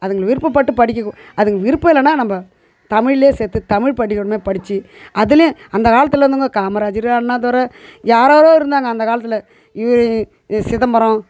அதுங்க விருப்பப்பட்டு படிக்க அதுங்க விருப்பம் இல்லைனா நம்ப தமிழ்லையே சேர்த்து தமிழ் படிக்கணும்னா படிச்சு அதுலையும் அந்தக் காலத்தில் இருந்தவங்க காமராஜர் அண்ணாதுரை யார் யாரோ இருந்தாங்க அந்தக் காலத்தில் இவர் சிதம்பரம்